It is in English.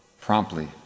promptly